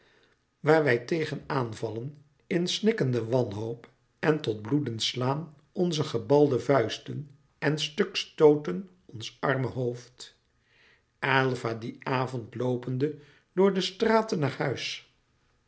waar wij tegen aanvallen in snikkende wanhoop en tot bloedens slaan onze gebalde vuisten en stuk stooten ons arme hoofd aylva dien avond loopende door de straten naar huis